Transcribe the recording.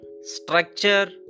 Structure